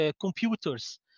computers